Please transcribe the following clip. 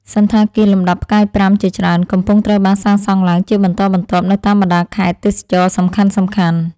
សណ្ឋាគារលំដាប់ផ្កាយប្រាំជាច្រើនកំពុងត្រូវបានសាងសង់ឡើងជាបន្តបន្ទាប់នៅតាមបណ្តាខេត្តទេសចរណ៍សំខាន់ៗ។